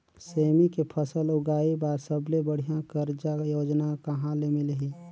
सेमी के फसल उगाई बार सबले बढ़िया कर्जा योजना कहा ले मिलही?